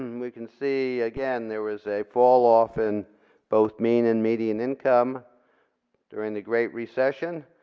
um we can see again, there was a fall off in both mean, and median income during the great recession.